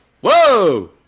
Whoa